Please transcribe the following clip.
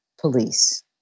police